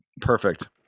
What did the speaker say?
Perfect